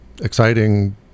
exciting